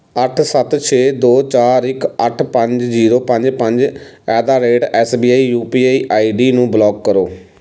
ਅੱਠ ਸੱਤ ਛੇ ਦੋ ਚਾਰ ਇੱਕ ਅੱਠ ਪੰਜ ਜ਼ੀਰੋ ਪੰਜ ਪੰਜ at the rate S B I U P I I D ਨੂੰ ਬਲਾਕ ਕਰੋ